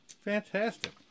Fantastic